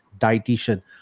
dietitian